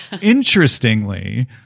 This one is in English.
Interestingly